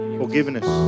forgiveness